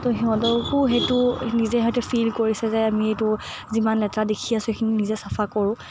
ত' সিহঁতকো সেইটো নিজে সিহঁতি ফিল কৰিছে যে আমি এইটো যিমান লেতেৰা দেখি আছোঁ সেইখিনি নিজে চাফা কৰোঁ